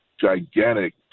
gigantic